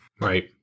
Right